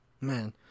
Man